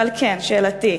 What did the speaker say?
על כן, שאלתי: